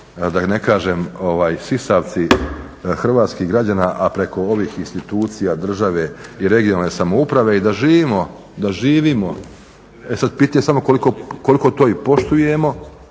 da ne kažem sisavci hrvatskih građana, a preko ovih institucija države i regionalne samouprave i da živimo, e sad pitanje je samo koliko to i poštujemo